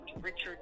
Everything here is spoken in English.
Richard